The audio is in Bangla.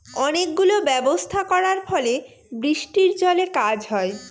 অনেক গুলো ব্যবস্থা করার ফলে বৃষ্টির জলে কাজ হয়